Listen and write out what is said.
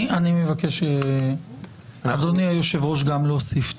אני מבקש, אדוני היושב-ראש, גם להוסיף.